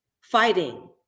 fighting